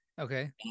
Okay